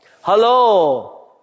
Hello